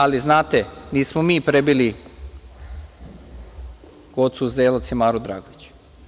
Ali, znate, nismo mi prebili Gocu Uzelac i Maru Dragović.